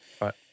Right